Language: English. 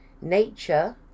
nature